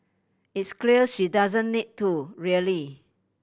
it's clear she doesn't need to really